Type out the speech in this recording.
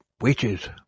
witches